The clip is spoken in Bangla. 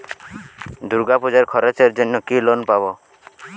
দূর্গাপুজোর খরচার জন্য কি লোন পাব?